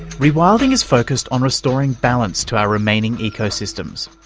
rewilding is focused on restoring balance to our remaining ecosystems.